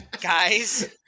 guys